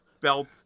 belt